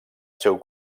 seu